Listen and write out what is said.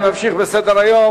אני ממשיך בסדר-היום,